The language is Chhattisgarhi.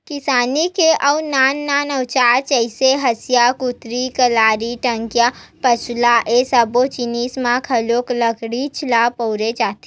किसानी के अउ नान नान अउजार जइसे हँसिया, कुदारी, कलारी, टंगिया, बसूला ए सब्बो जिनिस म घलो लकड़ीच ल बउरे जाथे